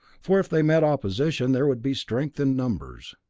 for if they met opposition, there would be strength in numbers.